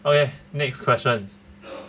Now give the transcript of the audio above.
okay next question